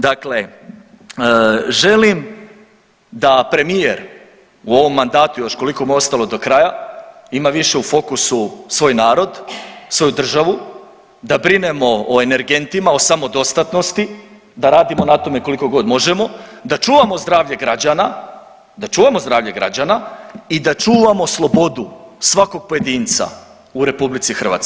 Dakle, želim da premijer u ovom mandatu još koliko mu je ostalo do kraja, ima više u fokusu svoj narod, svoju državu, da brinemo o energentima o samodostatnosti, da radimo na tome kolikogod možemo, da čuvamo zdravlje građana, da čuvamo zdravlje građana i da čuvamo slobodu svakog pojedinca u RH.